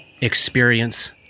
experience